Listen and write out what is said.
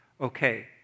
okay